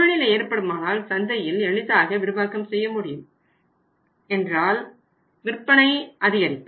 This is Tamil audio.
சூழ்நிலை ஏற்படுமானால் சந்தையில் எளிதாக விரிவாக்கம் செய்ய முடியும் என்றால் விற்பனை அதிகரிக்கும்